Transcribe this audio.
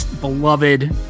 beloved